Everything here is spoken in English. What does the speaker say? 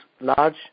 large